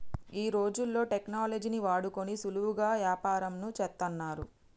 ఈ రోజుల్లో టెక్నాలజీని వాడుకొని సులువుగా యాపారంను చేత్తన్నారు